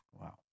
Wow